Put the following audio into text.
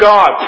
God